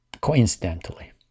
coincidentally